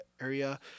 area